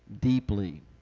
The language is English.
deeply